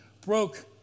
broke